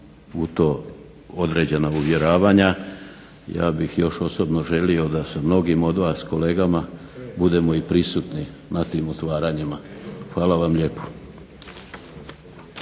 u to određena uvjeravanja, ja bih još osobno želio da sa mnogim od vas kolegama budemo i prisutnim na tim otvaranjima. Hvala vam lijepo.